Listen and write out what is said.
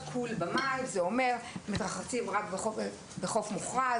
קול במים" זה אומר שמתרחצים רק בחוף מוכרז,